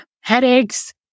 headaches